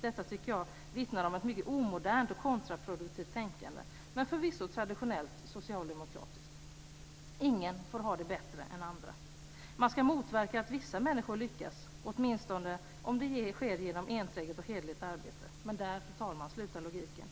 Detta tycker jag vittnar om ett mycket omodernt och kontraproduktivt tänkande, men förvisso ett traditionellt socialdemokratiskt. Ingen får ha det bättre än andra. Man ska motverka att vissa människor lyckas, åtminstone om det sker genom enträget och hederligt arbete. Men där, fru talman, slutar logiken.